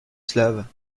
slaves